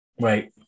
Right